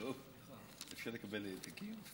דב, אפשר לקבל העתקים?